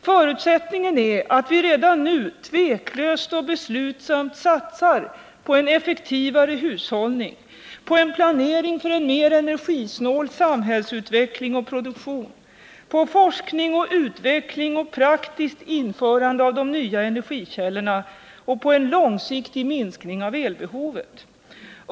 Förutsättningen är att vi redan nu tveklöst och beslutsamt satsar på en effektivare hushållning, på en planering för en mer energisnål samhällsutveckling och produktion, på forskning och utveckling och praktiskt införande av de nya energikällorna och på en långsiktig minskning av elbehovet.